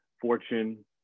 Fortune